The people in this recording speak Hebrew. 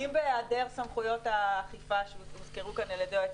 האם בהיעדר סמכויות האכיפה שהוזכרו כאן על ידי היועץ